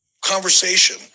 conversation